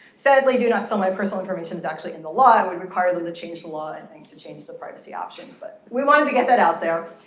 sadly, do not sell my personal information is actually in the law. it would require them to change the law and to change the privacy options. but we wanted to get that out there.